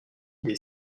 des